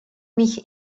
mich